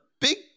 big